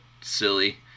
silly